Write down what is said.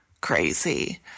crazy